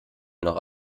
noch